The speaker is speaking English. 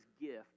gift